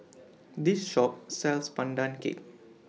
This Shop sells Pandan Cake